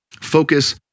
focus